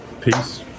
Peace